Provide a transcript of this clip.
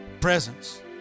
presence